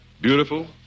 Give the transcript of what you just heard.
beautiful